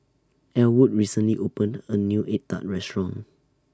Elwood recently opened A New Egg Tart Restaurant